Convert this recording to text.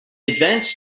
advanced